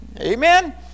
Amen